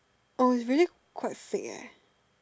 oh is really quite fake eh